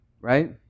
right